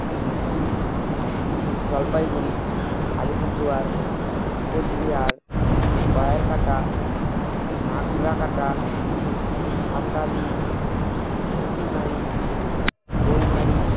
Jalpaiguri Alipurduar Cooch Behar Gayerkata Nagrakata Satali Putimari Boimari